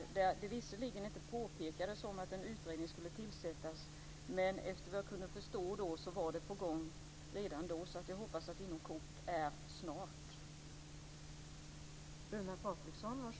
I svaret påpekades visserligen inte att en utredning ska tillsättas, men såvitt jag kan förstå var det på gång redan då. Jag hoppas att "inom kort" innebär "snart".